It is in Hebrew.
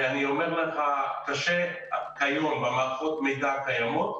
קשה היות במערכות המידע הקיימות,